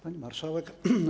Pani Marszałek!